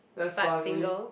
that's funny